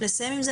ולסיים עם זה.